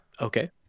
Okay